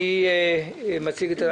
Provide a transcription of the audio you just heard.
מי מציג את הצו?